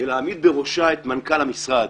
ולהעמיד בראשה את מנכ"ל המשרד,